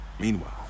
Meanwhile